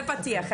זה פתיח.